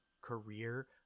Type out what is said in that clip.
career